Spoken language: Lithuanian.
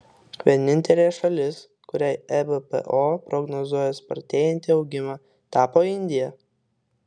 vienintelė šalis kuriai ebpo prognozuoja spartėjantį augimą tapo indija